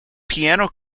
piano